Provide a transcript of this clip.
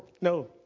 No